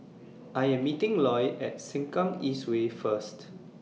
I Am meeting Loy At Sengkang East Way First